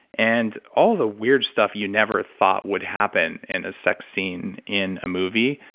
and all the weird stuff you never thought would happen in a sex scene in a movie,